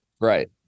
right